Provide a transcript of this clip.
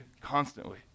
constantly